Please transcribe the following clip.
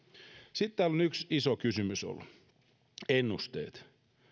sitten täällä on ollut yksi iso kysymys ennusteet